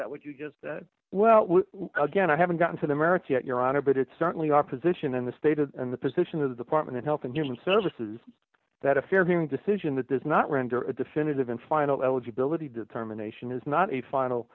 that what you just well again i haven't gotten to the merits yet your honor but it's certainly our position in the state and the position of the department of health and human services that a fair hearing decision that does not render a definitive and final eligibility determination is not a final